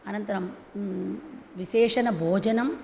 अनन्तरं विशेषं भोजनम्